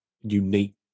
unique